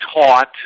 taught